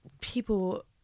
people